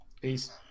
Peace